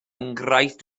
enghraifft